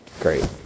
Great